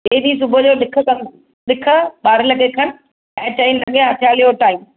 ॿिए ॾींहुं सुबुह जो ॾिख कयूं ॾिख ॿारहें लॻे खन ऐं चईं लॻे हथ्याले जो टाइम